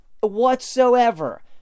whatsoever